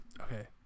okay